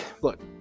look